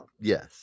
Yes